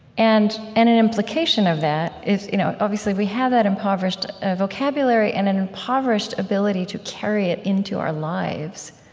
and and an implication of that is you know obviously, we have that impoverished vocabulary and an impoverished ability to carry it into our lives.